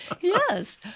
Yes